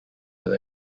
with